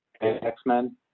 X-Men